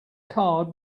card